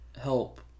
help